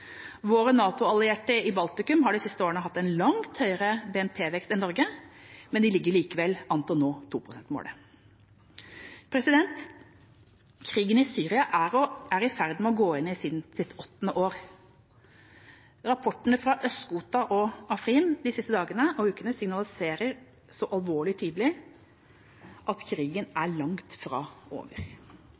Våre NATO-allierte i Baltikum har de siste årene hatt en langt høyere BNP-vekst enn Norge, men de ligger likevel an til å nå 2-prosentmålet. Krigen i Syria er i ferd med å gå inn i sitt åttende år. Rapportene fra Øst-Ghouta og Afrin de siste dagene og ukene signaliserer så altfor tydelig at krigen langt fra er over.